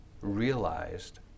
realized